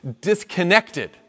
disconnected